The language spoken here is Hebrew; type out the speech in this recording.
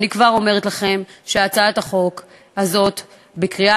אני כבר אומרת לכם שהצעת החוק הזאת תובא לקריאה